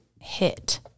hit